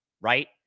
right